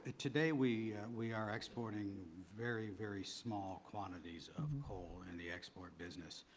today we we are exporting very, very small quantities of coal in the export business.